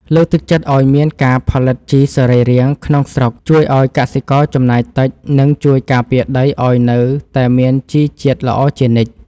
លើកទឹកចិត្តឱ្យមានការផលិតជីសរីរាង្គក្នុងស្រុកជួយឱ្យកសិករចំណាយតិច និង ជួយការពារដីឱ្យនៅតែមានជីជាតិល្អជានិច្ច។